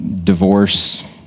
divorce